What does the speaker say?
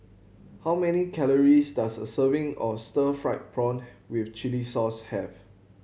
how many calories does a serving of stir fried prawn with chili sauce have